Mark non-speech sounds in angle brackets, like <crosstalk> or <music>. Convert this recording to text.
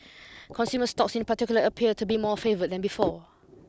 consumer stocks in particular appear to be more favoured than before <noise>